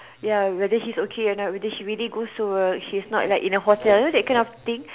ya whether she's okay or not whether she really goes to work she's not like in a hotel you know that kind of thing